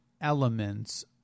elements